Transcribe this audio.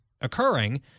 occurring